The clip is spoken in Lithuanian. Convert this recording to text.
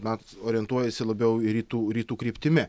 na orientuojasi labiau rytų rytų kryptimi